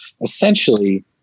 essentially